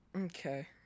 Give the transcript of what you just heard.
Okay